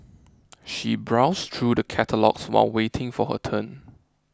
she browsed through the catalogues while waiting for her turn